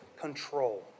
control